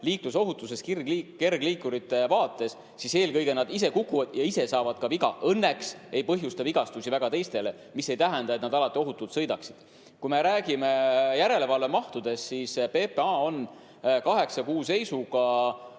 liiklusohutusest kergliikurite vaates, siis eelkõige nad ise kukuvad ja ise saavad viga. Õnneks nad ei põhjusta vigastusi väga teistele, mis ei tähenda, et nad alati ohutult sõidaksid. Kui me räägime järelevalvemahtudest, siis PPA on kaheksa kuu seisuga üle